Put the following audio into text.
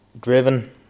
driven